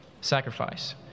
sacrifice